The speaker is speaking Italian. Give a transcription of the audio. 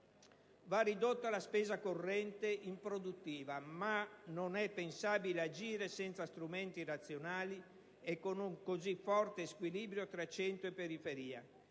Va ridotta la spesa corrente improduttiva, ma non è pensabile agire senza strumenti razionali e con un così forte squilibrio tra centro e periferia: